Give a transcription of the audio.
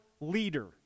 leader